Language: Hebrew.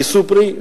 יישאו פרי,